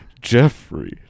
Jeffrey